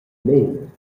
meglier